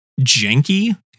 janky